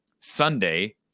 Sunday